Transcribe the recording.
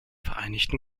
vereinigten